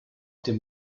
dem